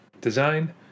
design